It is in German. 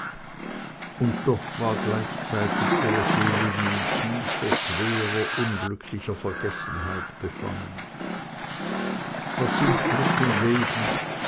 und doch war gleichzeitig ihre seele wie in tiefer schwerer unglücklicher vergessenheit befangen was sind glück und leben